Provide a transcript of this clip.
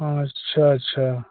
अच्छा अच्छा